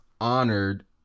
honored